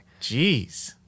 Jeez